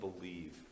believe